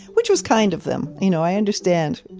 which was kind of them. you know, i understand.